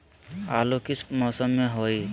आलू किस मौसम में होई?